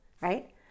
right